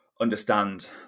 understand